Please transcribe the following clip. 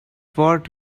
what